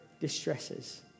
distresses